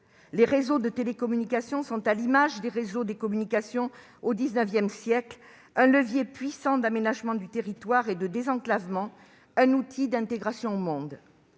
Les réseaux de télécommunications sont à l'image des réseaux de communications au XIX siècle : un levier puissant d'aménagement du territoire et de désenclavement, un outil d'intégration au monde.